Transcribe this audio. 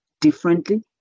differently